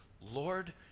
Lord